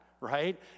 right